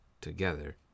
together